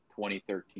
2013